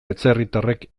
atzerritarrek